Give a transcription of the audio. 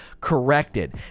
corrected